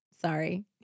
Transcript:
sorry